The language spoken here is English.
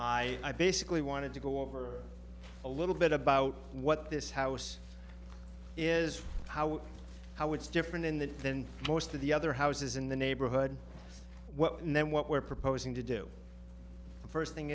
person i basically wanted to go over a little bit about what this house is how how it's different in the then most of the other houses in the neighborhood when what we're proposing to do the first thing